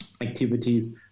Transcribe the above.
activities